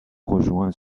rejoint